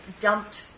dumped